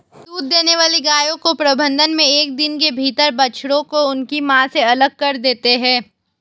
दूध देने वाली गायों के प्रबंधन मे एक दिन के भीतर बछड़ों को उनकी मां से अलग कर देते हैं